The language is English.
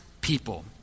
people